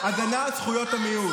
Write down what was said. עריצות המיעוט.